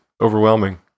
overwhelming